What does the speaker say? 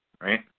right